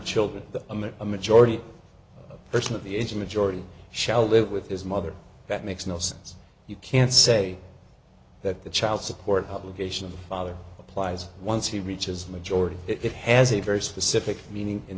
in a majority of person of the age of majority shall live with his mother that makes no sense you can say that the child support obligations father applies once he reaches majority it has a very specific meaning in